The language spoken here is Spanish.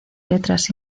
letras